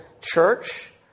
church